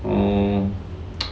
um